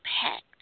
packed